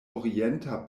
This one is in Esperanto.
orienta